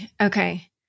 okay